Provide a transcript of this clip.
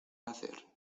hacer